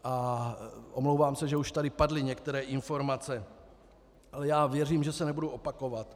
A omlouvám se, že už tady padly některé informace, ale já věřím, že se nebudu opakovat.